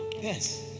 Yes